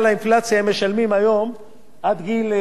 עד גיל 70 פטור לגמרי,